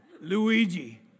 Luigi